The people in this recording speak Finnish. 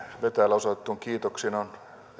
osoitettuihin kiitoksiin on